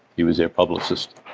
he was their publicist